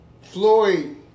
Floyd